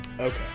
Okay